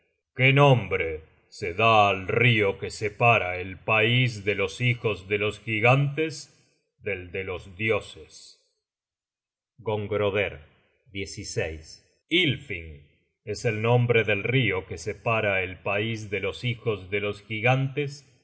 qué nombre se da al rio que separa el pais de los hijos de los gigantes del de los dioses gongroder ylfing es el nombre del rio que separa el pais de los hijos de los gigantes